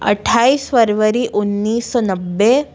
अठाईस फरवरी उन्नीस सौ नब्बे